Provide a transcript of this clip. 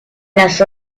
las